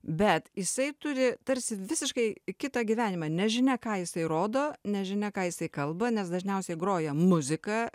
bet jisai turi tarsi visiškai kitą gyvenimą nežinia ką jisai rodo nežinia ką jisai kalba nes dažniausiai groja muzika